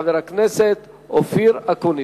חבר הכנסת אופיר אקוניס.